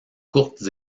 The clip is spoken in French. courtes